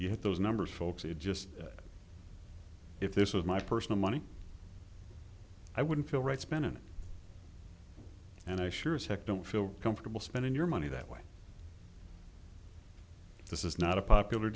you have those numbers folks it just if this was my personal money i wouldn't feel right spending and i sure as heck don't feel comfortable spending your money that way this is not a popular